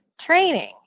training